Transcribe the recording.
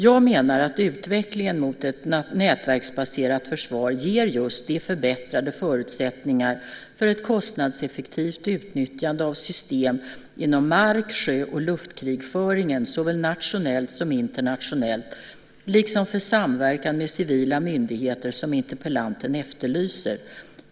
Jag menar att utvecklingen mot ett nätverksbaserat försvar ger just de förbättrade förutsättningar för ett kostnadseffektivt utnyttjande av system inom mark-, sjö och luftkrigföringen såväl nationellt som internationellt, liksom för samverkan med civila myndigheter, som interpellanten efterlyser.